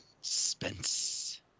Spence